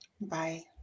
Bye